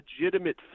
legitimate